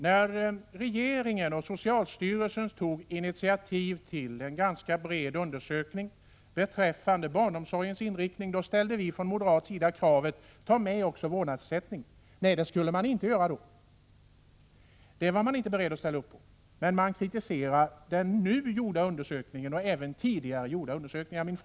När regeringen och socialstyrelsen tog initiativ till en ganska bred undersökning beträffande barnomsorgens inriktning, ställde vi från moderat sida kravet att man även skulle ta med vårdnadsersättningen i undersökningen. Nej, det skulle man inte göra! Det var man inte beredd att ställa upp på. Men den nu gjorda undersökningen och även tidigare gjorda undersökningar kritiseras.